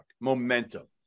momentum